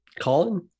Colin